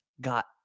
got